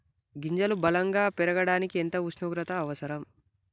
గింజలు బలం గా పెరగడానికి ఎంత ఉష్ణోగ్రత అవసరం?